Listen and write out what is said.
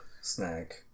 snack